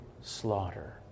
slaughter